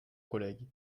collègue